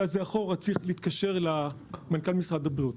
הזה אחורה צריך להתקשר למנכ"ל משרד הבריאות.